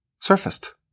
surfaced